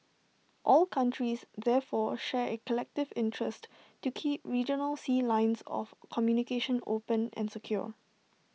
all countries therefore share A collective interest to keep regional sea lines of communication open and secure